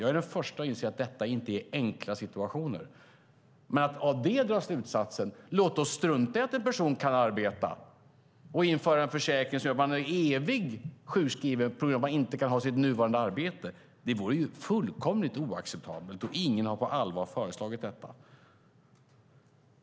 Jag är den förste att inse att detta inte är enkla situationer. Men det vore fullkomligt oacceptabelt att av detta dra slutsatsen: Låt oss strunta i att en person kan arbeta och införa en försäkring som gör att man är evigt sjukskriven på grund av att man inte kan ha sitt nuvarande arbete! Ingen har heller på allvar föreslagit detta.